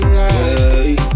right